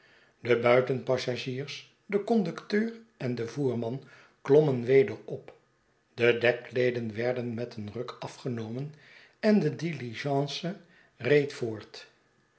de buitenpassagiers de conducteur en de voerman klommen weder op de dekkleeden werden met een ruk afgenomen en de diligence reed voort